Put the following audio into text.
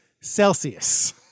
Celsius